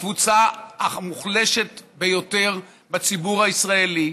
בקבוצה המוחלשת ביותר בציבור הישראלי,